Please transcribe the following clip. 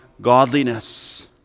godliness